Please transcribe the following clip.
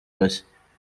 bashya